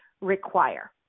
require